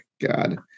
God